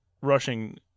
rushing